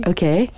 Okay